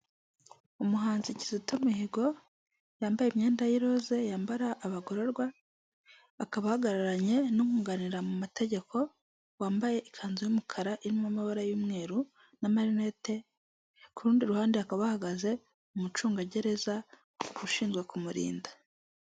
Umuhanzi Kizito Mihigo yambaye imyenda y'irose yambara abagororwa, akaba ahagararanye n'umwunganira mu mategeko wambaye ikanzu y'umukara irimo amabara y'umweru n'amarinete, ku rundi ruhande hakaba hahagaze umucungagereza ushinzwe kumurinda.